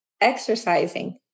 exercising